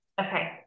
Okay